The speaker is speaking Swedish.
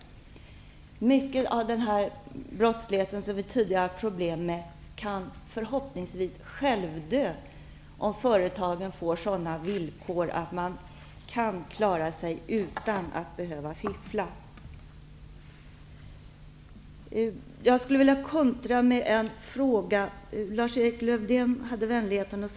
Mycket av den här brottsligheten, som vi tidigare har haft problem med, kan förhoppningsvis självdö om företagen får sådana villkor att de kan klara sig utan att behöva fiffla. Lars-Erik Lövdén visade vänligheten att besvara min fråga. Jag skulle vilja kontra med en fråga.